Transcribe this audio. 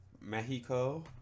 Mexico